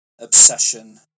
obsession